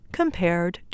compared